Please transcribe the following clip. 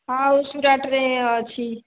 ହଁ ସୁରଟରେ ଅଛି